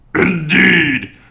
Indeed